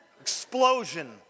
Explosion